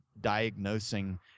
diagnosing